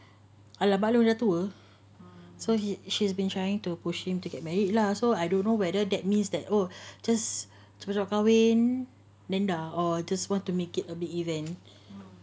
!alah! mak pak dia dah tua so he she's been trying to push him to get married lah so I don't know whether that means that oh just cepat cepat kahwin then dah or just want to make it a big event